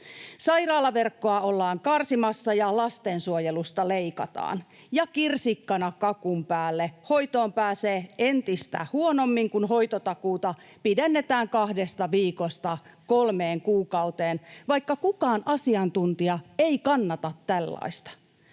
Sairaalaverkkoa ollaan karsimassa ja lastensuojelusta leikataan, ja kirsikkana kakun päälle hoitoon pääsee entistä huonommin, kun hoitotakuuta pidennetään kahdesta viikosta kolmeen kuukauteen, vaikka kukaan asiantuntija ei kannata tällaista.